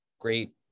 Great